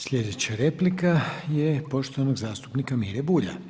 Slijedeća replika je poštovanog zastupnika Mire Bulja.